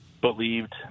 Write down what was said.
believed